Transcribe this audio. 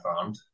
found